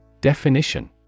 Definition